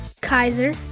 Kaiser